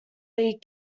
league